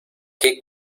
qué